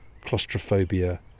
claustrophobia